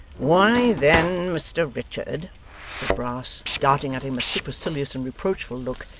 why then, mr richard said brass darting at him a supercilious and reproachful look,